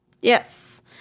Yes